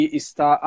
está